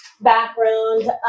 background